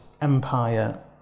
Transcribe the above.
empire